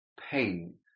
pain